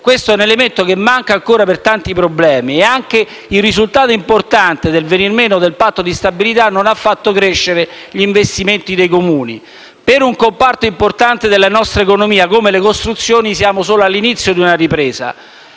di investimenti pubblici in infrastrutture. Anche il risultato importante del venir meno del Patto di stabilità non ha fatto crescere gli investimenti nei Comuni. Per un comparto importante della nostra economia come le costruzioni siamo solo all'inizio di una ripresa.